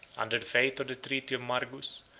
under the faith of the treaty of margus,